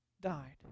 died